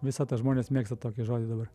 visata žmonės mėgsta tokį žodį dabar